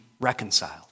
reconciled